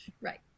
Right